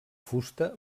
fusta